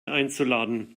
einzuladen